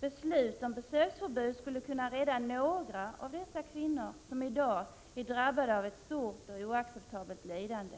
Beslut om besöksförbud skulle kunna rädda några av de kvinnor som i dag är drabbade av ett stort och oacceptabelt lidande.